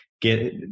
get